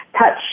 touch